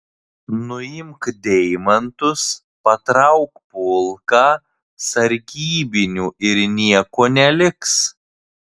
nuimk deimantus patrauk pulką sargybinių ir nieko neliks